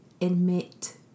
admit